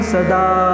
Sada